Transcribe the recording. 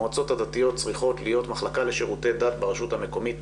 המועצות הדתיות צריכות להיות מחלקה לשירותי דת ברשות המקומית.